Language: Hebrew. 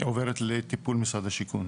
היא עוברת לטיפול משרד השיכון.